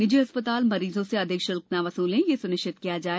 निजी अस्पताल मरीजों से अधिक शुल्क न वसूलें यह सुनिश्चित किया जाए